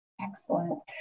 Excellent